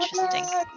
interesting